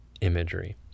imagery